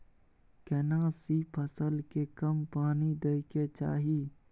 केना सी फसल के कम पानी दैय के चाही?